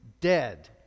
dead